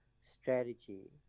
strategy